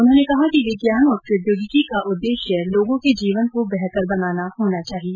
उन्होंने कहा कि विज्ञान और प्रौद्योगिकी का उद्देश्य लोगों के जीवन को बेहतर बनाना होना चाहिए